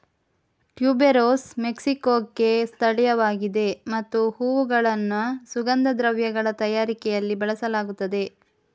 tuberose ಮೆಕ್ಸಿಕೊಕ್ಕೆ ಸ್ಥಳೀಯವಾಗಿದೆ ಮತ್ತು ಹೂವುಗಳನ್ನು ಸುಗಂಧ ದ್ರವ್ಯಗಳ ತಯಾರಿಕೆಯಲ್ಲಿ ಬಳಸಲಾಗುತ್ತದೆ